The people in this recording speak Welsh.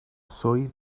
swydd